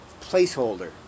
placeholder